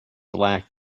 black